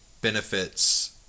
benefits